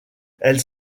elles